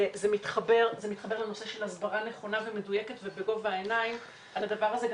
זה מתחבר לנושא של הסברה נכונה ומדויקת ובגובה העיניים על זה.